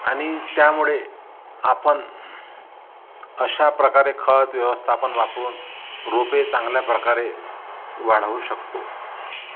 आणि त्यामुळे आपण अशा प्रकारे खत व्यवस्थापन वापरून रोपे चांगल्या प्रकारे वाढवू शकतो